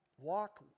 Walk